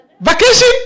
Vacation